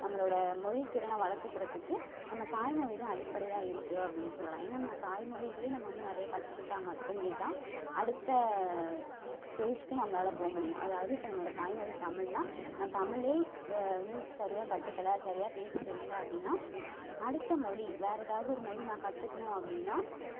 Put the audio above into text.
நம்மளோடய மொழித்திறனை வளர்த்துக்கிறத்துக்கு நம்ம தாய் மொழி தான் அடிப்படையாக இருக்குது அப்படீன்னு சொல்லலாம் ஏன்னால் நம்ம தாய் மொழியிலேயே நம்ம வந்து நிறைய கற்றுக்கிட்டா மட்டுமே தான் அடுத்த ஸ்டேஜுக்கு நம்மளால் போக முடியும் அதாவது இப்போ என்னோடய தாய்மொழி தமிழ்னா நான் தமிழிலயே வந்து சரியாக கற்றுக்கல சரியாக பேசத் தெரியலை அப்படீன்னா அடுத்த மொழி வேறு ஏதாவது ஒரு மொழி நான் கற்றுக்கணும் அப்படீன்னா